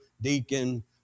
deacon